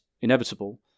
inevitable